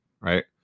right